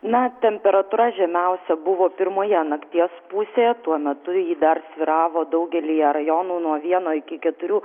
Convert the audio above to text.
na temperatūra žemiausia buvo pirmoje nakties pusėje tuo metu ji dar svyravo daugelyje rajonų nuo vieno iki keturių